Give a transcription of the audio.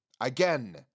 Again